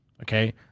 Okay